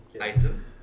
item